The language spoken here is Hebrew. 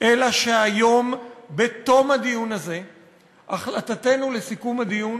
מכך שהיום בתום הדיון הזה החלטתנו לסיכום הדיון